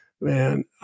man